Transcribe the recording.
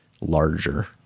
larger